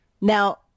Now